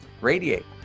radiate